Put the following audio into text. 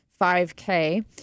5k